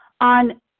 on